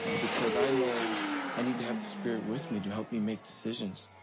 ah because i know i need to have the spirit with me to help me make decisions.